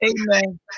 Amen